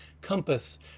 Compass